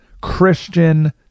Christian